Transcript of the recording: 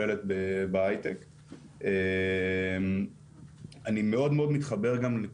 אני מאוד מתחבר גם לנקודה שהילה חדד העלתה